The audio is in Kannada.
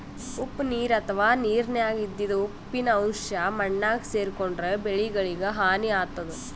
ಉಪ್ಪ್ ನೀರ್ ಅಥವಾ ನೀರಿನ್ಯಾಗ ಇದ್ದಿದ್ ಉಪ್ಪಿನ್ ಅಂಶಾ ಮಣ್ಣಾಗ್ ಸೇರ್ಕೊಂಡ್ರ್ ಬೆಳಿಗಳಿಗ್ ಹಾನಿ ಆತದ್